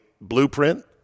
blueprint